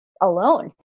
alone